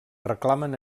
reclamen